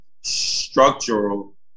structural